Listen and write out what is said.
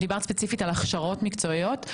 דיברת ספציפית על הכשרות מקצועיות,